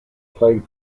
plagued